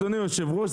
אדוני היושב ראש,